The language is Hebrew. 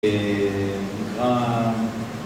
אההה...